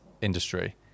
industry